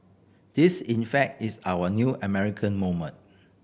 this in fact is our new American moment